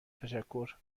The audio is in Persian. تشکر